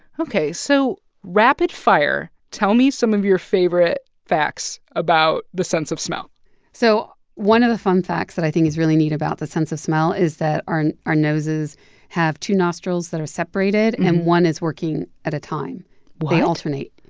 ok, so rapid fire tell me some of your favorite facts about the sense of smell so one of the fun facts that i think is really neat about the sense of smell is that our our noses have two nostrils that are separated, and and one is working at a time what? they alternate.